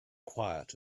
quiet